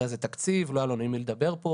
אחרי זה תקציב, לא היה לנו עם מי לדבר פה.